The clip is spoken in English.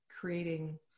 creating